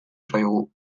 zaigu